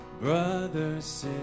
Brothers